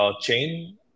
chain